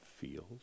feels